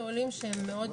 הרבה עולים נכים.